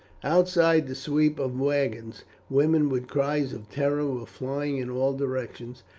outside the sweep of wagons women with cries of terror were flying in all directions,